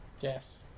Yes